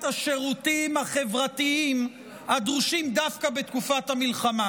השירותים החברתיים הדרושים דווקא בתקופת המלחמה.